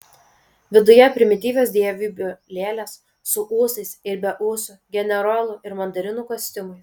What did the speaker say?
viduje primityvios dievybių lėlės su ūsais ir be ūsų generolų ir mandarinų kostiumais